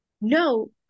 No